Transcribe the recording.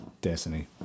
Destiny